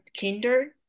kinder